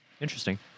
Interesting